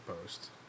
post